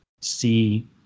see